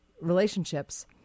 relationships